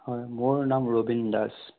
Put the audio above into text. হয় মোৰ নাম ৰবিন দাস